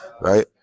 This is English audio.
Right